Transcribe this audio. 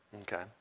Okay